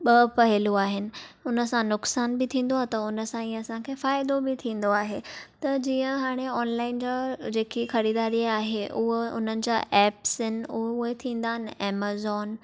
ॿ पहलू आहिनि उन सां नुक़सान बि थींदो आहे त उन सां ई असां खे फ़ाइदो बि थींदो आहे त जीअं हाणे ऑनलाइन जा जेकी ख़रीदारी आहे उह उन्हनि जा ऐप्स आहिनि उहे थींदा अमेज़ॉन